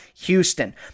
Houston